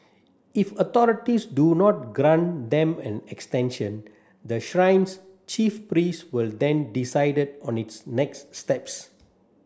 if authorities do not grant them an extension the shrine's chief priest will then decided on its next steps